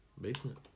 basement